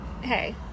hey